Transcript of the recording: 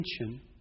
attention